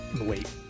wait